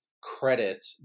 credit